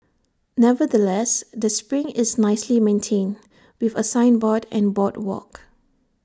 nevertheless the spring is nicely maintained with A signboard and boardwalk